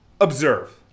observe